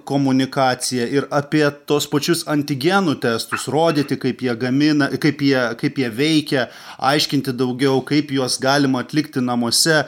komunikaciją ir apie tuos pačius antigenų testus rodyti kaip jie gamina kaip jie kaip jie veikia aiškinti daugiau kaip juos galima atlikti namuose